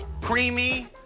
creamy